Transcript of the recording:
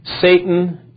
Satan